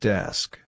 Desk